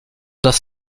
das